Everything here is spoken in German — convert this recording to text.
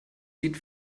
sieht